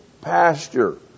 pasture